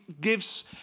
gives